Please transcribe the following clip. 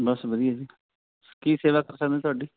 ਬਸ ਵਧੀਆ ਜੀ ਕੀ ਸੇਵਾ ਕਰ ਸਕਦੇ ਹਾਂ ਤੁਹਾਡੀ